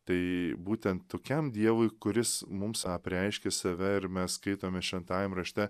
tai būtent tokiam dievui kuris mums apreiškė save ir mes skaitome šventajam rašte